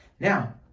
Now